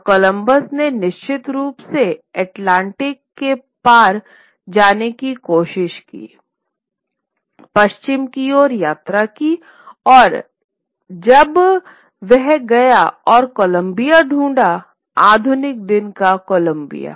और कोलंबस ने निश्चित रूप से अटलांटिक के पार जाने की कोशिश की पश्चिम की ओर यात्रा की और जब वह गया और कोलंबिया ढूंढा आधुनिक दिन का कोलंबिया